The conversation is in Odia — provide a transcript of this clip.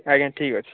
ଆଜ୍ଞା ଠିକ୍ ଅଛି